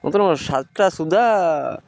ମୋତେ ନା ସାତଟା ସୁଦ୍ଧା